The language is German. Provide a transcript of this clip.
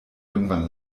irgendwann